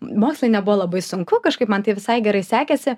mokslai nebuvo labai sunku kažkaip man tai visai gerai sekėsi